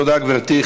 תודה, גברתי.